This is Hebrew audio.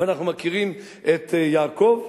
ואנחנו מכירים את יעקב.